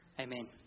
Amen